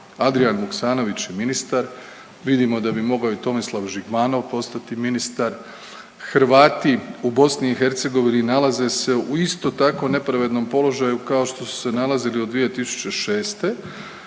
Adrian Vuksanović je ministar, vidimo da bi mogao i Tomislav Žigmanov postati ministar. Hrvati u BiH nalaze se u isto tako nepravednom položaju kao što su se nalazili od 2006.,